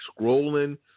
scrolling